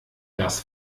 das